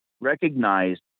recognized